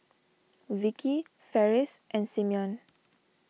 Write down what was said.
Vicky Ferris and Simeon